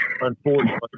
unfortunately